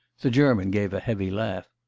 the german gave a heavy laugh,